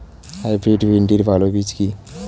Hybrid ভিন্ডির ভালো বীজ কি?